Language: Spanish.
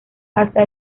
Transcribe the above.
hasta